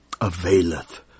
availeth